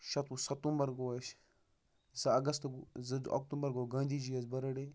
شَتوُہ ستمبر گوٚو اَسہِ زٕ اگست زٕ اکتوبر گوٚو گاندھی جی یَس بٔرٕڈے